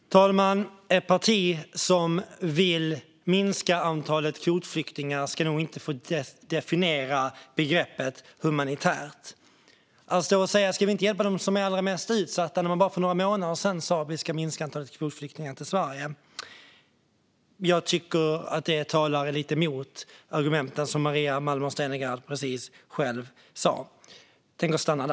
Fru talman! Ett parti som vill minska antalet kvotflyktingar ska nog inte få definiera begreppet humanitärt. Att stå och säga att vi borde hjälpa dem som är allra mest utsatta när man för bara några månader sedan sa att vi borde minska antalet kvotflyktingar till Sverige tycker jag talar lite emot de argument som Maria Malmer Stenergard precis själv kom med.